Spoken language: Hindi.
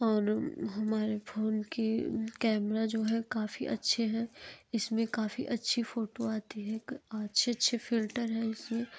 और हमारे फ़ोन की कैमरा जो है काफ़ी अच्छे हैं इसमें काफ़ी अच्छी फोटो आती है अच्छे अच्छे फिल्टर है इसमें